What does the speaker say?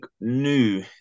new